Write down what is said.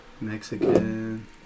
Mexican